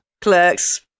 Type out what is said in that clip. Clerks